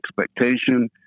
expectation